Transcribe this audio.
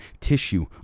tissue